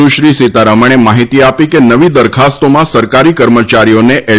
સુશ્રી સીતારમણે માહિતી આપી હતી કે નવી દરખાસ્તોમાં સરકારી કર્મચારીઓને એલ